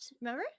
Remember